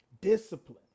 discipline